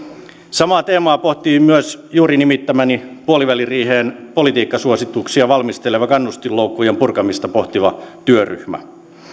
samaa teemaa pohtii myös juuri nimittämäni puoliväliriiheen politiikkasuosituksia valmisteleva kannustinloukkujen purkamista pohtiva työryhmä